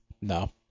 No